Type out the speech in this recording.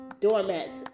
doormats